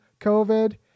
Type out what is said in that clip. COVID